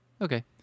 Okay